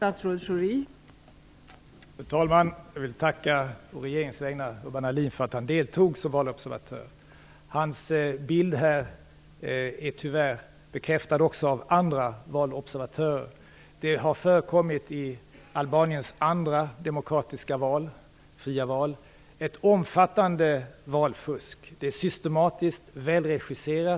Fru talman! Jag vill å regeringens vägnar tacka Den bild han ger här bekräftas tyvärr också av andra valobservatörer. Det har i Albaniens andra demokratiska och fria val förekommit ett omfattande valfusk. Det har varit systematiskt och välregisserat.